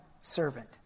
servant